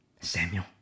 Samuel